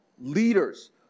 leaders